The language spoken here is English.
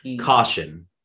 Caution